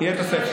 יהיה את הספר.